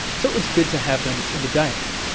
so it's good to have them in the diet,